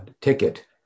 ticket